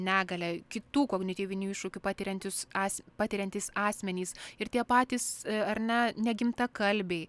negalia kitų kognityvinių iššūkių patiriantys as patiriantys asmenys ir tie patys ar ne negimtakalbiai